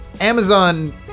Amazon